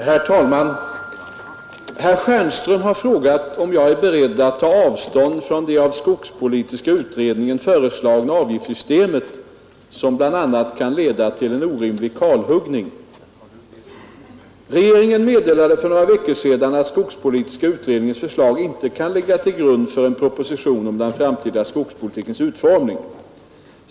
Herr talman! Herr Stjernström har frågat om jag är beredd att ta avstånd från det av skogspolitiska utredningen föreslagna avgiftssystemet som bl.a. kan leda till en orimlig kalhuggning. Regeringen meddelade för några veckor sedan att skogspolitiska utredningens förslag inte kan ligga till grund för en proposition om den framtida skogspolitikens utformning.